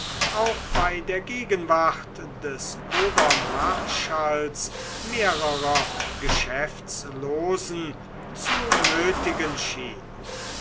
auch bei der gegenwart des obermarschalls mehrerer geschäftslosen zu nötigen schien